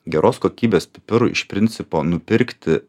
geros kokybės pipirų iš principo nupirkti